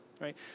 right